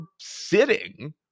sitting